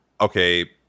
okay